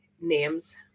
names